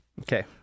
Okay